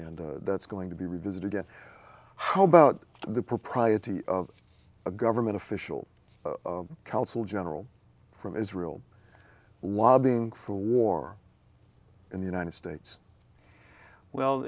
and that's going to be revisited at how about the propriety of a government official consul general from israel lobbying for war in the united states well